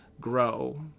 grow